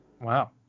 wow